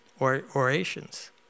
orations